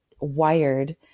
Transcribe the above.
wired